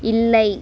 இல்லை